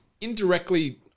indirectly